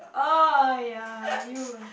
oh yeah you ah